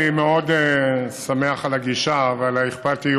אני מאוד שמח על הגישה ועל האכפתיות,